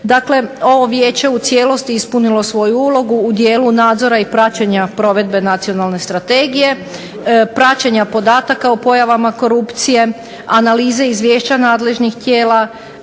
Dakle, ovo je Vijeće u cijelosti ispunilo svoju ulogu u dijelu nadzora i praćenja provedbe Nacionalne strategije, praćenja podataka o pojavama korupcije, analize i izvješća nadležnih tijela,